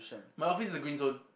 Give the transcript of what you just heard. my office is a green zone